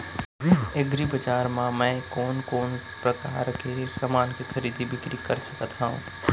एग्रीबजार मा मैं कोन कोन परकार के समान के खरीदी बिक्री कर सकत हव?